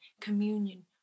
communion